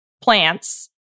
plants